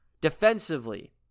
defensively